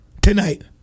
tonight